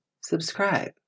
subscribe